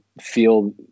feel